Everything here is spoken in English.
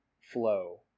flow